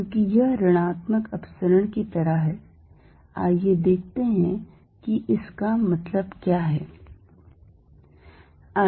क्योंकि यह ऋणात्मक अपसरण की तरह है आइए देखते हैं कि इसका मतलब क्या है